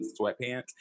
sweatpants